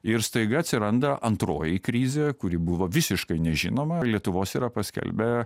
ir staiga atsiranda antroji krizė kuri buvo visiškai nežinoma lietuvos yra paskelbę